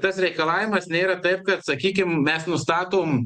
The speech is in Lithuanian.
tas reikalavimas nėra taip kad sakykim mes nustatom